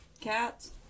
cats